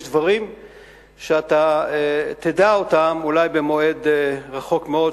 דברים שאתה תדע אותם אולי במועד רחוק מאוד,